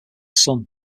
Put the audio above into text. son